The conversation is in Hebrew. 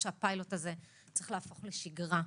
הפיילוט הזה צריך להפוך לשגרה.